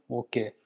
okay